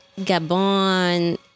Gabon